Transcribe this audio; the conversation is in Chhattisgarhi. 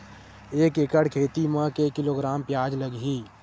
एक एकड़ खेती म के किलोग्राम प्याज लग ही?